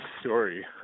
story